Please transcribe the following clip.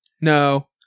No